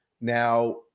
Now